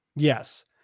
Yes